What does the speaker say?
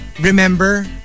remember